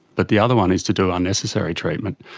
but the other one is to do unnecessary treatment.